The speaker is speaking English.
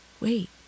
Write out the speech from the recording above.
wait